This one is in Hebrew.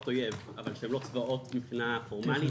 אויב אבל שהם לא צבאות מבחינה פורמלית,